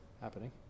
happening